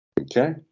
Okay